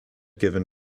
given